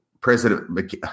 President